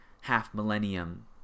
half-millennium